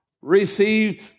received